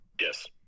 Yes